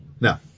No